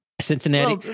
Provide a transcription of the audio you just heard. Cincinnati